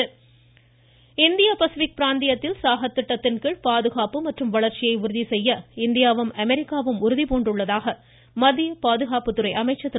ம் ம் ம் ம் ம ராஜ்நாத் சிங் இந்திய பசிபிக் பிராந்தியத்தில் சாகர் திட்டத்தின்கீழ் பாதுகாப்பு மற்றும் வளர்ச்சியை உறுதி செய்ய இந்தியாவும் அமெரிக்காவும் உறுதிபூண்டுள்ளதாக மத்திய பாதுகாப்புத்துறை அமைச்சர் திரு